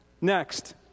Next